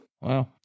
Wow